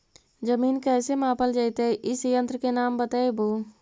जमीन कैसे मापल जयतय इस यन्त्र के नाम बतयबु?